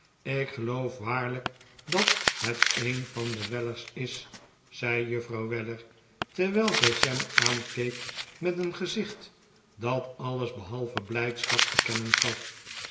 ik geloof waarlijk dat het een van de weller's is zei juffrouw weller terwijl zij sam aankeek met een gezicht dat alles behalve blijdschap te kennen gaf